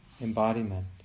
embodiment